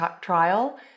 trial